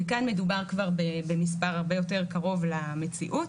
וכאן מדובר כבר במספר הרבה יותר קרוב למציאות.